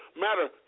matter